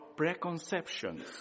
preconceptions